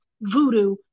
voodoo